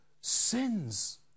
sins